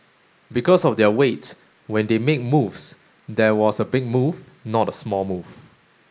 because of their weight when they make moves there was a big move not a small move